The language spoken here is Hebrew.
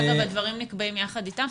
אגב, הדברים נקבעים יחד איתם?